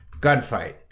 Gunfight